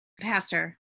pastor